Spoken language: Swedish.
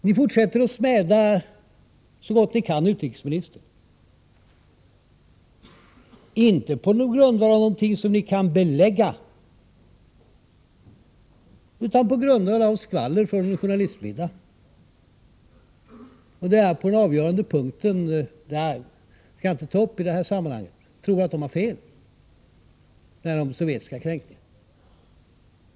Ni fortsätter att smäda utrikesministern så gott ni kan — inte på grundval av något som ni kan belägga utan på grundval av skvaller från en journalistmiddag. Jag skall i detta sammanhang inte ta upp denna avgörande punkt, men jag tror att journalisterna har fel beträffande de sovjetiska kränkningarna.